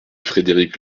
frédéric